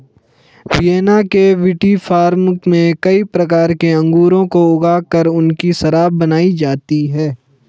Vienna के विटीफार्म में कई प्रकार के अंगूरों को ऊगा कर उनकी शराब बनाई जाती है